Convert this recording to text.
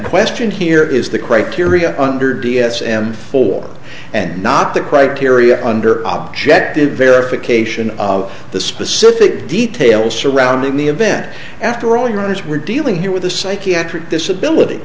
question here is the criteria under d s and four and not the criteria under object it verified cation of the specific details surrounding the event after only or as we're dealing here with a psychiatric disability